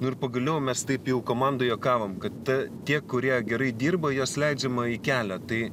nu ir pagaliau mes taip jau komandoj juokavom kad tie kurie gerai dirba juos leidžiama į kelią tai